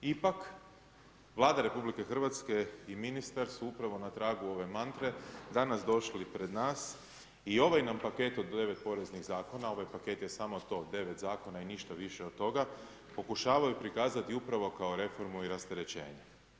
Ipak, Vlada RH i ministar su upravo na tragu ove mantre danas došli pred nas i ovaj nam paket od 9 poreznih zakona, ovaj paket je samo to, 9 zakona i ništa više od toga, pokušavaju prikazati upravo kao reformu i rasterećenje.